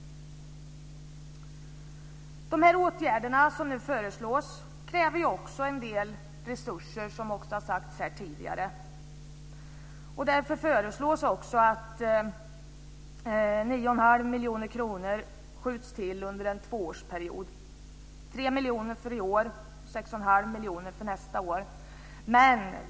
De åtgärder som nu föreslås kräver också en del resurser, som också har sagts här tidigare. Därför föreslås också att 9,5 miljoner kronor skjuts till under en tvåårsperiod - 3 miljoner för i år och 6,5 miljoner för nästa år.